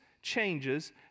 Changes